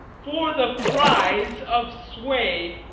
for the prize of sway,